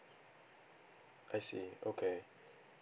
I see okay